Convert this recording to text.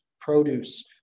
produce